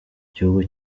igihugu